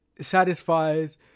satisfies